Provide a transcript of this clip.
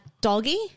doggy